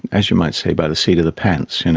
as you might say, by the seat of the pants. and